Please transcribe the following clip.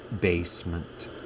basement